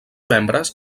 membres